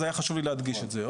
היה חשוב לי להדגיש את זה.